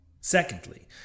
Secondly